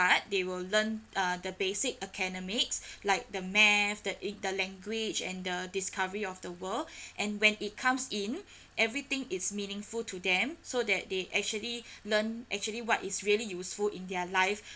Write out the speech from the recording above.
part they will learn uh the basic academics like the math the err the language and the discovery of the world and when it comes in everything is meaningful to them so that they actually learn actually what is really useful in their life